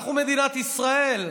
אנחנו מדינת ישראל.